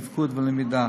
תפקוד ולמידה.